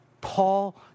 Paul